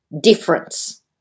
difference